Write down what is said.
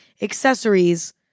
accessories